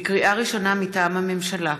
לקריאה ראשונה, מטעם הממשלה: